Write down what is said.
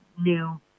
new